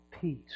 Peace